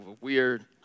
weird